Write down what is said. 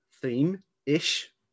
theme-ish